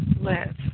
live